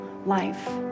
life